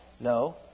No